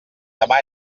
demà